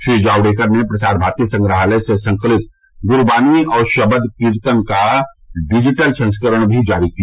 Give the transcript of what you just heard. श्री जावड़ेकर ने प्रसार भारती संग्रहालय से संकलित गुरबानी और शबद कीर्तन का डिजीटल संस्करण भी जारी किया